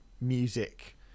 music